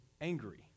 angry